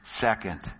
second